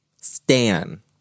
Stan